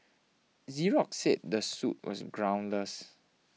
Xerox said the suit was groundless